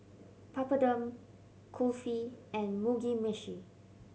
Papadum Kulfi and Mugi Meshi